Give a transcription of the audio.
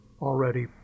already